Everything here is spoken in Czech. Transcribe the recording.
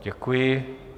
Děkuji.